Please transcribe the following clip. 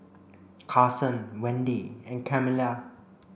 Carsen Wendi and Camilla